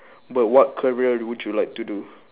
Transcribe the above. but what career would you like to do